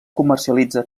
comercialitza